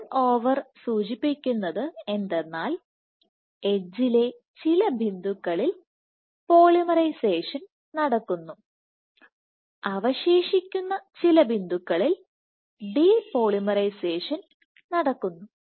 turn over സൂചിപ്പിക്കുന്നത് എന്തെന്നാൽ എഡ്ജിലെ ചില ബിന്ദുക്കളിൽ പോളിമറൈസേഷൻ നടക്കുന്നു അവശേഷിക്കുന്ന ചില ബിന്ദുക്കളിൽ ഡിപോളിമറൈസേഷൻ നടക്കുന്നു